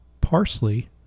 parsley